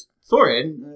Sorry